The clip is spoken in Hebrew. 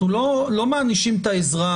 אנחנו לא מאשימים את האזרח.